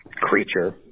creature